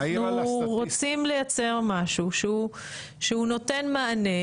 אנחנו רוצים לייצר משהו שהוא נותן מענה